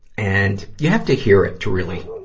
and, you have to hear it to really,